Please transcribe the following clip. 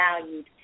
valued